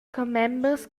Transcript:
commembers